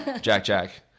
Jack-Jack